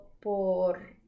por